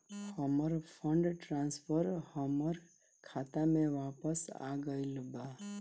हमर fund transfer हमर खाता में वापस आ गईल बा